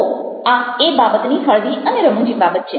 તો આ એ બાબતની હળવી અને રમૂજી બાબત છે